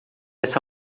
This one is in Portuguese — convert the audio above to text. essa